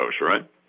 right